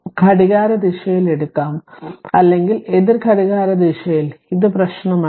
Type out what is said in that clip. ഘടികാരദിശയിൽ എടുക്കാം അല്ലെങ്കിൽ എതിർ ഘടികാരദിശയിൽ ഇത് പ്രശ്നമല്ല